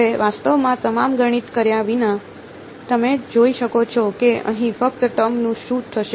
હવે વાસ્તવમાં તમામ ગણિત કર્યા વિના તમે જોઈ શકો છો કે અહીં ફર્સ્ટ ટર્મનું શું થશે